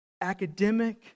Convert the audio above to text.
academic